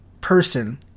person